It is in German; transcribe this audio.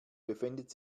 befindet